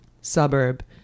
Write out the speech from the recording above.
suburb